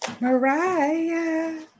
Mariah